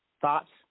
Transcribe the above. thoughts